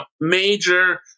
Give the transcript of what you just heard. major